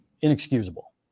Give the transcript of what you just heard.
inexcusable